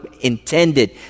intended